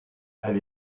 elle